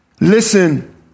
Listen